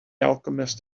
alchemist